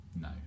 No